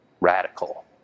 Radical